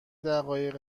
دقایق